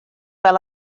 fel